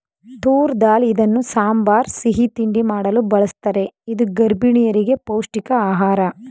ತೂರ್ ದಾಲ್ ಇದನ್ನು ಸಾಂಬಾರ್, ಸಿಹಿ ತಿಂಡಿ ಮಾಡಲು ಬಳ್ಸತ್ತರೆ ಇದು ಗರ್ಭಿಣಿಯರಿಗೆ ಪೌಷ್ಟಿಕ ಆಹಾರ